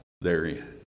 therein